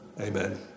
amen